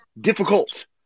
difficult